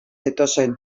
zetozen